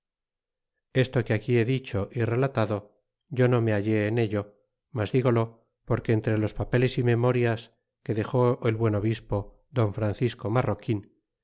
esto que aquí he dicho y relatado yo no me hallé en ello mas digolo porque entre los papeles y memorias que dexó el buen obispo don francisco marroquin